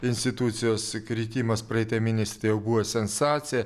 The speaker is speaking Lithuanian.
institucijos kritimas praeitą mėnesį tai jau buvo sensacija